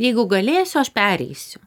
jeigu galėsiu aš pereisiu